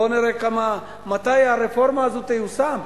בואו נראה מתי הרפורמה הזו תיושם.